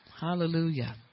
Hallelujah